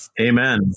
Amen